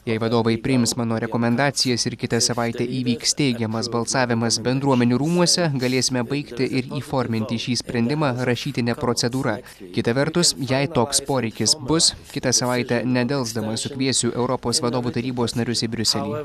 jei vadovai priims mano rekomendacijas ir kitą savaitę įvyks teigiamas balsavimas bendruomenių rūmuose galėsime baigti ir įforminti šį sprendimą rašytine procedūra kita vertus jei toks poreikis bus kitą savaitę nedelsdamas sukviesiu europos vadovų tarybos narius į briuselį